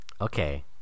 Okay